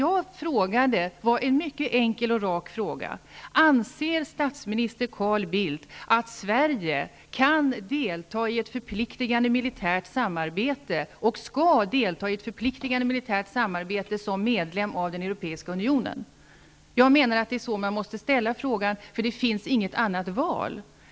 Jag ställde i min interpellation en mycket enkel och rak fråga: Anser statsminister Carl Bildt att Sverige kan delta i ett förpliktigande militärt samarbete och att vi som medlem i den europeiska unionen skall göra det? Jag menar att det är så man måste ställa frågan, eftersom det inte finns något annat val.